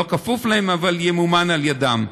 לא כפוף להם אבל ימומן על ידם.